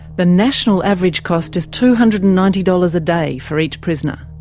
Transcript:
the national average cost is two hundred and ninety dollars a day for each prisoner.